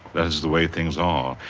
that is the way things are.